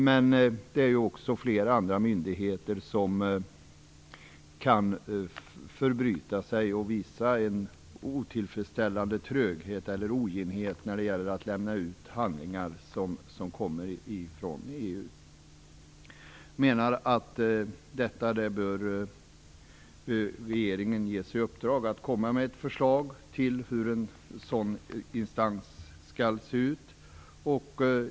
Men det finns också flera andra myndigheter som kan förbryta sig och uppvisa en otillfredsställande tröghet eller oginhet när det gäller att lämna ut handlingar från EU. Regeringen bör ges i uppdrag att lägga fram ett förslag till hur en sådan instans skall se ut.